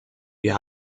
wir